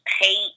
hate